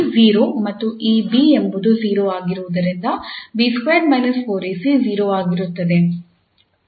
𝐶 0 ಮತ್ತು ಈ 𝐵 ಎಂಬುದು 0 ಆಗಿರುವುದರಿಂದ 𝐵2 − 4𝐴𝐶 0 ಆಗಿರುತ್ತದೆ